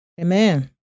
Amen